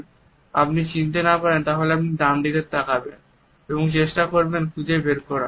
এবং আপনি না চিন্তে পারেন তাহলে আপনি ডানদিকে তাকাবেন এবং চেষ্টা করবেন খুঁজে বের করার